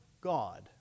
God